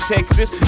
Texas